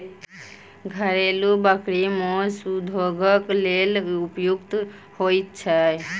घरेलू बकरी मौस उद्योगक लेल उपयुक्त होइत छै